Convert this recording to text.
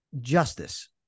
Justice